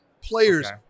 players